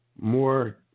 more